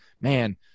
man